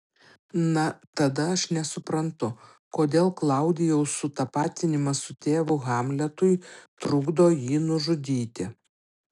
na tada aš nesuprantu kodėl klaudijaus sutapatinimas su tėvu hamletui trukdo jį nužudyti